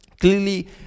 clearly